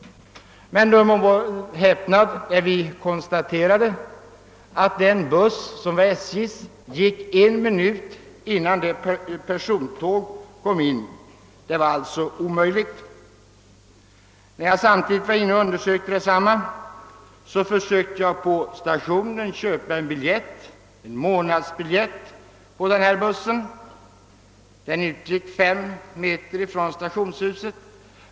Men döm om vår häpnad när vi konstaterade, att den buss som tillhörde SJ gick en minut innan det persontåg kom in på stationen som vi skulle använda! Det var alltså omöjligt att använda denna förbindelse. Medan jag var inne på stationen för att undersöka dessa möjligheter försökte jag också få köpa månadsbiljett till den här bussen — den utgick från en plats som var belägen fem meter från stationshuset.